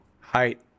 height